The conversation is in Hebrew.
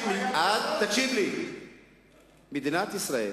מדינת ישראל